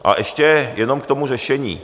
A ještě jenom k tomu řešení.